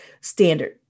standard